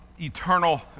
eternal